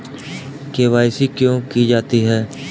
KYC क्यों की जाती है?